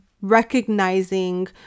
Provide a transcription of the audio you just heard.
recognizing